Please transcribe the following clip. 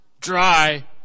dry